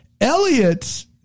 Elliot